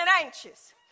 anxious